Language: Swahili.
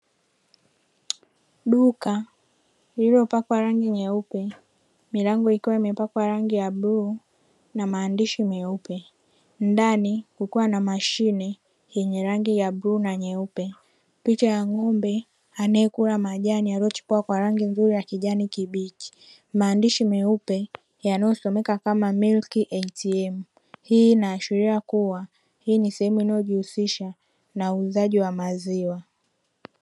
Duka lililopakwa rangi nyeupe milango ikiwa imepakwa rangi ya bluu na maandishi meupe. Ndani kukuwa na mashine yenye rangi ya bluu na nyeupe. Picha ya ng'ombe anayekula majani yaliyochipua kwa rangi nzuri ya kijani kibichi. Maandishi meupe yanayosomeka kama ''milki a t m'.' Hii inaashiria kuwa hii ni sehemu inayojihusisha na uuzaji wa maziwa.